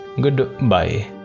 goodbye